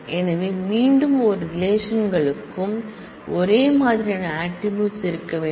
எனவே மீண்டும் இரு ரிலேஷன்களுக்கும் ஒரே மாதிரியான ஆட்ரிபூட்ஸ் இருக்க வேண்டும்